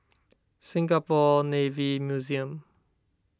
Singapore Navy Museum